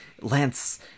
Lance